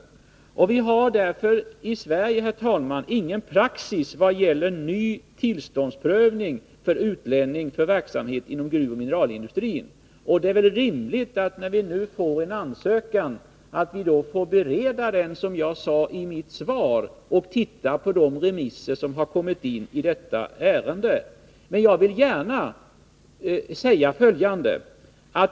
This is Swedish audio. Vi har därför i Sverige ingen praxis i vad gäller ny tillståndsprövning för utländsk verksamhet inom gruvoch mineralindustrin. Det är väl rimligt att vi, när vi nu fått en ansökan, bereder den och studerar de remissvar som har kommit in i detta ärende. Men jag vill gärna säga följande.